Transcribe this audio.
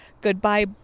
Goodbye